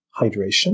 hydration